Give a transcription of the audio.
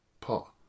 Pot